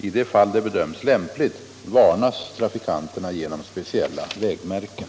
I de fall det bedöms lämpligt varnas trafikanterna genom speciella vägmärken.